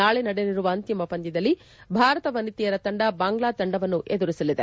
ನಾಳೆ ನಡೆಯಲಿರುವ ಅಂತಿಮ ಪಂದ್ಲದಲ್ಲಿ ಭಾರತ ವನಿತೆಯರ ತಂಡ ಬಾಂಗ್ಲಾ ತಂಡವನ್ನು ಎದುರಿಸಲಿದೆ